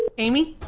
amy?